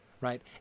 right